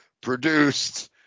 produced